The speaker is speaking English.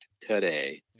today